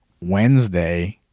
wednesday